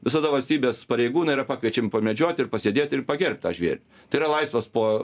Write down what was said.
visada valstybės pareigūnai yra pakviečiami pamedžiot ir pasėdėt ir pagerbt tą žvėrį tai yra laisvas po